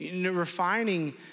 Refining